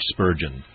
Spurgeon